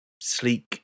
sleek